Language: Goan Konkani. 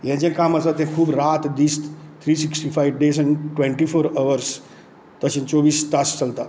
हें जें काम आसा तें खूब रात दीस थ्री सीक्टीफाय डेज आनी ट्वेंन्टीफोर हावर्स तशें चोवीस तास करूं शकता